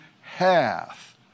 hath